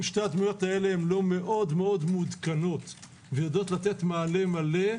ואם שתי הדמויות האלה לא מאוד-מאוד מעודכנות ויודעות לתת מענה מלא,